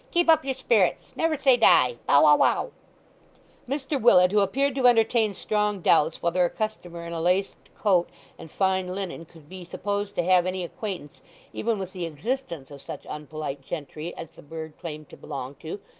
keep up your spirits. never say die. bow, wow mr willet, who appeared to entertain strong doubts whether a customer in a laced coat and fine linen could be supposed to have any acquaintance even with the existence of such unpolite gentry as the bird claimed to belong to,